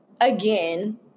again